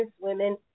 women